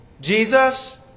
Jesus